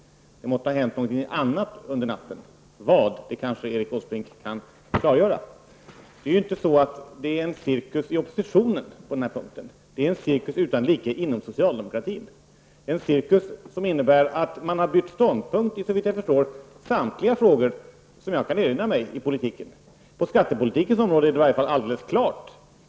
De måtte ha hänt någonting under natten. Vad det är som har hänt kan kanske Erik Åsbrink klargöra. Det är ingen cirkus inom oppositionen på den här punkten. I stället är det en cirkus utan like inom socialdemokratin, innebärande att man har bytt ståndpunkt i, såvitt jag förstår, samtliga frågor i politiken som jag kan erinra mig. På skattepolitikens område är det i varje fall helt klart så.